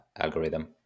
algorithm